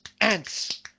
Ants